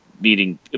meeting